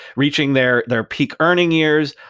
reaching their their peak earning years.